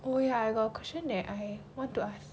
oh ya I got question that I want to ask